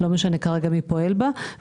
לא משנה כרגע מי פועל בה.